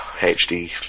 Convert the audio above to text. HD